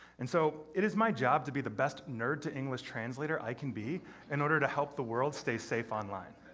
and so, it is my job to be the best nerd-to-english translator i can be in order to help the world stay safe online.